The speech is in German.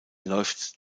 läuft